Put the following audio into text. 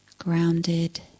Grounded